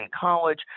college